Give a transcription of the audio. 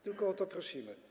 Tylko o to prosimy.